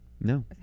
No